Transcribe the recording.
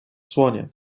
słonie